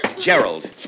Gerald